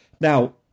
Now